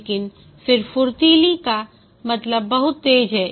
लेकिन फिर फुर्तीली का मतलब बहुत तेज है